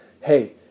hey